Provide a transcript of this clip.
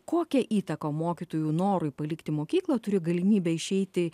kokią įtaką mokytojų norui palikti mokyklą turi galimybė išeiti